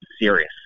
serious